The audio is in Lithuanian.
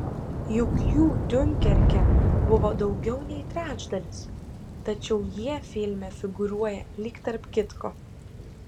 juk jų diunkerke buvo daugiau nei trečdalis tačiau jie filme figūruoja lyg tarp kitko